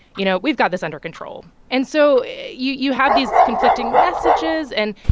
you know, we've got this under control. and so you you have these conflicting messages. and,